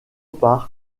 part